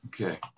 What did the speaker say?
Okay